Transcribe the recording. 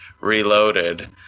reloaded